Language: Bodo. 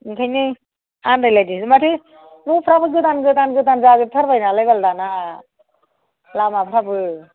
बेनिखायनो आनदायलायदोंसो माथो न'फ्राबो गोदान गोदान जाजोबथारबाय नालाय बाल दाना लामाफोराबो